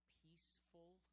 peaceful